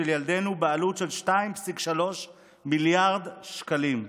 ילדינו בעלות של 2.3 מיליארד שקלים?